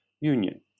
Union